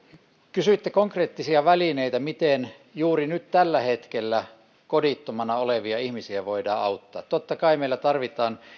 kysyitte konkreettisia välineitä miten juuri nyt tällä hetkellä kodittomina olevia ihmisiä voidaan auttaa totta kai meillä tarvitaan